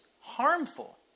harmful